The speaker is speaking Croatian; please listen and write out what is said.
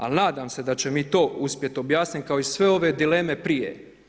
Al, nadam se da će mi to uspjeti objasniti, kao i sve ove dileme prije.